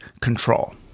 control